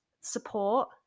support